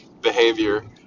behavior